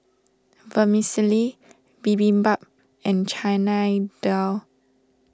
Vermicelli Bibimbap and Chana Dal